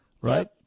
right